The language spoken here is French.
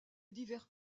divers